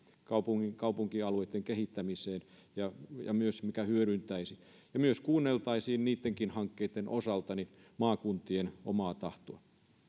kaupunkialueitten kehittämiseen ja ja myös sitä mikä hyödyttäisi ja myös kuunneltaisiin niittenkin hankkeitten osalta maakuntien omaa tahtoa